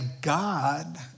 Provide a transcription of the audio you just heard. God